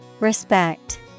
Respect